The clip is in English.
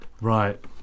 Right